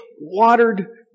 watered